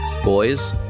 boys